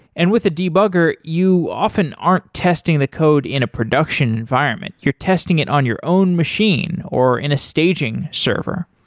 and with the debugger, you often aren't testing the code in a production environment. you're testing it on your own machine or in a staging server.